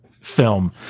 film